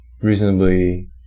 reasonably